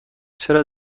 چرا